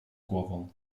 głową